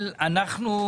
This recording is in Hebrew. אבל אנחנו,